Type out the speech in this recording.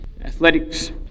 athletics